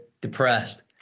depressed